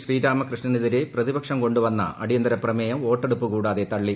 ശ്രീരാമകൃഷ്ണനെതിരെ കേരളാ പ്രതിപക്ഷം കൊണ്ടു വന്ന അടിയന്തരപ്രമേയം വോട്ടെടുപ്പ് കൂടാതെ തള്ളി